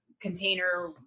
container